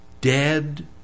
dead